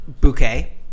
bouquet